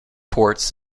ports